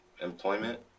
employment